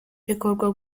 bikorwa